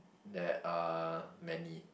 there are many